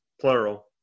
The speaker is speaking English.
plural